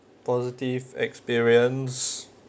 positive experience